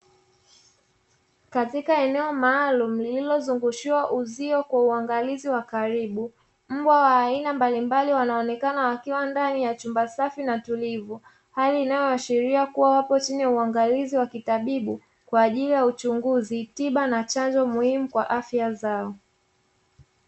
Katika eneo maalumu, lililozungushiwa uzio kwa uangalizi wa karibu, mbwa wa aina mbalimbali wanaonekana wakiwa ndani ya chumba safi na tulivu, hali inayoashiria kuwa wapo chini ya uangalizi wa kitabibu kwa ajili ya uchunguzi, tiba na chanjo muhimu kwa afya zao.